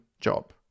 job